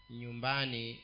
nyumbani